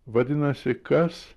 vadinasi kas